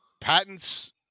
patents